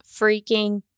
freaking